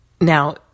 Now